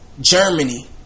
Germany